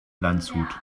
landshut